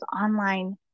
online